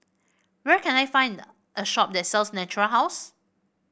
where can I find a shop that sells Natura House